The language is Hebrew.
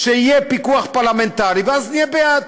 שיהיה פיקוח פרלמנטרי, ואז נהיה בעד.